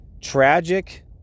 tragic